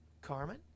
Carmen